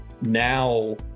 now